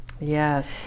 yes